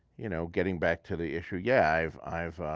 you know getting back to the issue, yeah, i